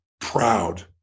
proud